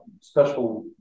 special